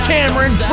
Cameron